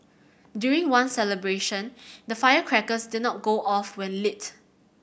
during one celebration the firecrackers did not go off when lit